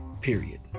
period